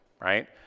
right